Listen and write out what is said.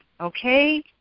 okay